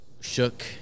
shook